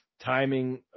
timing